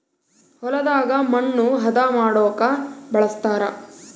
ಹೊಲದಾಗ ಮಣ್ಣು ಹದ ಮಾಡೊಕ ಬಳಸ್ತಾರ